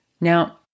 Now